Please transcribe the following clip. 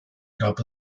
gab